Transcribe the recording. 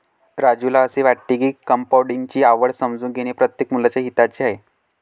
राजूला असे वाटते की कंपाऊंडिंग ची आवड समजून घेणे प्रत्येक मुलाच्या हिताचे आहे